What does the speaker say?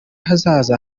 hazaza